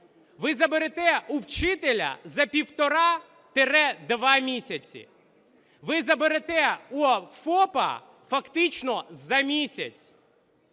Ви заберете у вчителя за півтора-два місяці, ви заберете у ФОПа фактично за місяць.